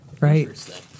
Right